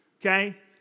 Okay